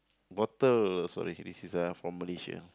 bottle so it this is uh from Malaysia